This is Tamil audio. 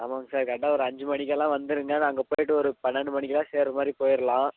ஆமாங்க சார் கரெக்டாக ஒரு அஞ்சு மணிக்கு எல்லாம் வந்துவிடுங்க நாங்கள் போய்ட்டு ஒரு பன்னெண்டு மணிக்கெல்லாம் சேர்கிற மாதிரி போய்டலாம்